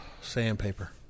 Sandpaper